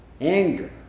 anger